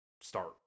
start